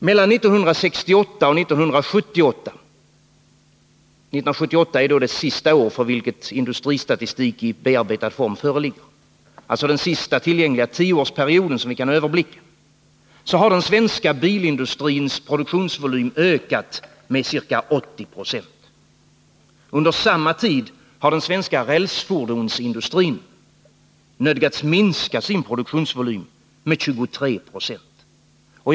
Mellan 1968 och 1978 — 1978 är det senaste året för vilket industristatistik i bearbetad form föreligger, alltså den senaste tillgängliga tioårsperioden som vi kan överblicka — har den svenska bilindustrins produktionsvolym ökat med ca 80 96. Under samma tid har den svenska rälsfordonsindustrin nödgats minska sin produktionsvolym med 23 90.